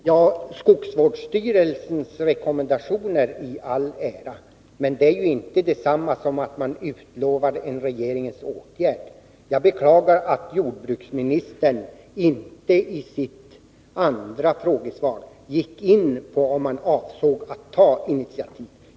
Herr talman! Skogsvårdsstyrelsens rekommendationer i all ära, men att hänvisa till dem är inte detsamma som att man utlovar en regeringens åtgärd. Jag beklagar att jordbruksministern inte i sitt andra inlägg gick in på om regeringen avser att ta initiativ.